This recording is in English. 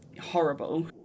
horrible